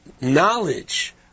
knowledge